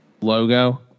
Logo